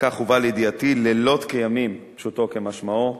כך הובא לידיעתי, לילות כימים, פשוטו כמשמעו,